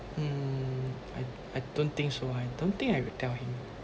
mm I I don't think so I don't think I will tell him